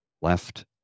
left